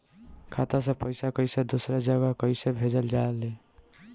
खाता से पैसा कैसे दूसरा जगह कैसे भेजल जा ले?